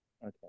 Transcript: Okay